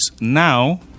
now